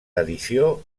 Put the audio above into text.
edició